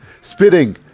spitting